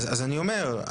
אז אני אומר,